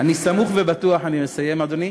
אני סמוך ובטוח, אני אסיים, אדוני,